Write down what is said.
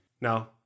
Now